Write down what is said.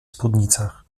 spódnicach